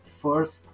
first